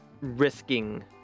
risking